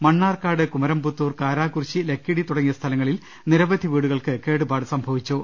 മണ്ണാർക്കാട് കുമരംപുത്തൂർ കാരാകുർശി ലക്കിടി തുടങ്ങിയ സ്ഥലങ്ങളിൽ നിരവധി വീടുകൾക്ക് കേടുപാട് സംഭവിച്ചു